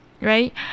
right